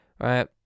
right